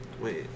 Wait